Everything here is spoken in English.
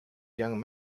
young